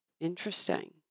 Interesting